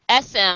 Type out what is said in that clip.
SM